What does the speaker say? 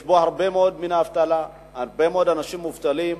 יש בו הרבה מאוד אבטלה, הרבה מאוד אנשים מובטלים,